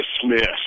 dismissed